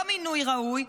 לא מינוי ראוי,